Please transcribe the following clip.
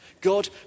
God